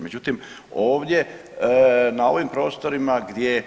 Međutim, ovdje na ovim prostorima gdje